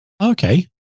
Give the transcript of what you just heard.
Okay